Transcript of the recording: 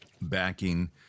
backing